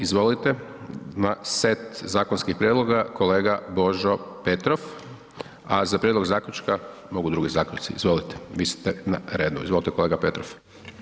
Izvolite na set zakonskih prijedloga, kolega Božo Petrova za prijedlog zaključka, mogu drugi ... Izvolite, vi ste na redu, izvolite kolega Petrov.